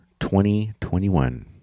2021